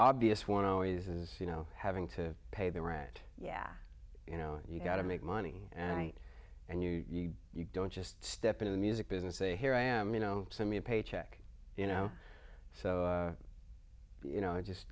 obvious one always is you know having to pay the rent yeah you know you got to make money and and you you don't just step in the music business say here i am you know send me a paycheck you know so you know it just